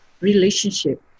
relationship